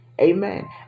amen